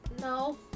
No